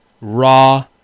raw